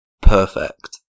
Perfect